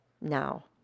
now